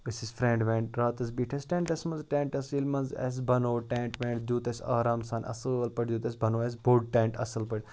أسۍ ٲسۍ فرٛٮ۪نٛڈ وٮ۪نٛڈ راتَس بیٖٹھۍ أسۍ ٹٮ۪نٛٹَس منٛز ٹٮ۪نٛٹَس ییٚلہِ منٛز اَسہِ بَنوو ٹٮ۪نٛٹ وٮ۪نٛٹ دیُت اَسہِ آرام سان اَصٕل پٲٹھۍ دیُت اَسہِ بَنوو اَسہِ بوٚڑ ٹٮ۪نٛٹ اَصٕل پٲٹھۍ